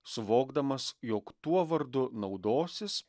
suvokdamas jog tuo vardu naudosis